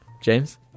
James